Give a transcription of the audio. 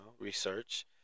research